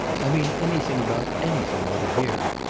i mean anything about anything over here.